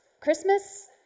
Christmas